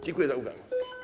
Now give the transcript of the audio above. Dziękuję za uwagę.